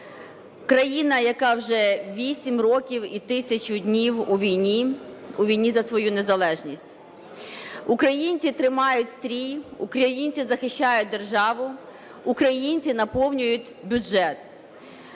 Країна, яка вже 8 років і 1000 днів у війні, у війні за свою незалежність. Українці тримають стрій, українці захищають державу, українці наповнюють бюджет.